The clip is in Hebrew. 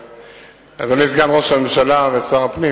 אדוני סגן ראש הממשלה ושר הפנים,